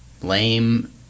lame